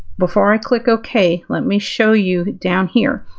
before i click ok, let me show you down here.